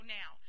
now